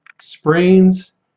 sprains